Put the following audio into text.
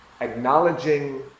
acknowledging